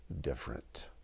different